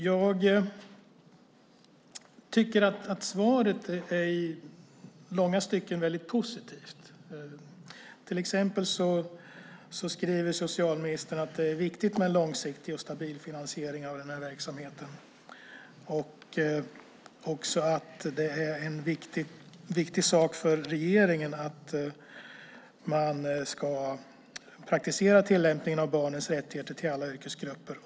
Jag tycker att svaret i långa stycken är väldigt positivt. Till exempel skriver socialministern att det är viktigt med en långsiktig och stabil finansiering av den här verksamheten. Det är också en viktig sak för regeringen att man ska sprida kunskap om den praktiska tillämpningen av barnets rättigheter till alla yrkesgrupper.